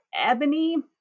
Ebony